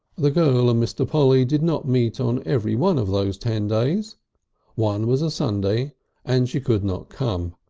the girl and mr. polly did not meet on every one of those ten days one was sunday and she could not come,